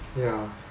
ya